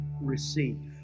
Receive